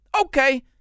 okay